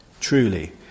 Truly